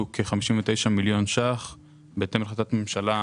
כ-59 מיליון שקלים בהתאם להחלטת ממשלה